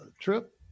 trip